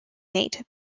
mate